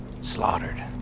slaughtered